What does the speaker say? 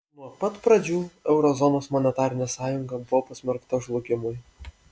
nuo pat pradžių euro zonos monetarinė sąjunga buvo pasmerkta žlugimui